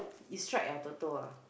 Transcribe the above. you strike ah Toto ah